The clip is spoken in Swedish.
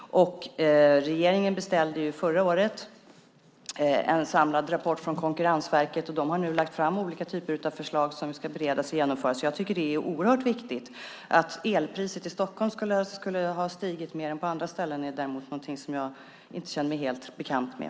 Regeringen beställde förra året en samlad rapport från Konkurrensverket, och de har nu har lagt fram olika typer av förslag som ska beredas och genomföras. Jag tycker att det är oerhört viktigt. Att elpriset i Stockholm skulle ha stigit mer än på andra ställen är något som jag inte känner mig helt bekant med.